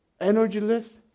energyless